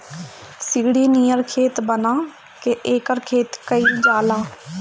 सीढ़ी नियर खेत बना के एकर खेती कइल जाला